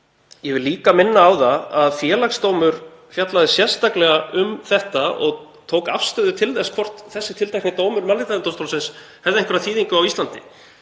Ég vil líka minna á að Félagsdómur fjallaði sérstaklega um þetta og tók afstöðu til þess hvort þessi tiltekni dómur Mannréttindadómstólsins hefði einhverja þýðingu á Íslandi.